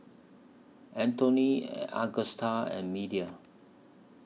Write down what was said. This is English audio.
Anthoney Augusta and Media